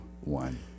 one